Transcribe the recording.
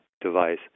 device